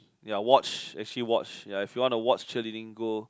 ya watch actually watch ya if you want to watch cheerleading go